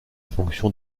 fonction